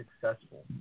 successful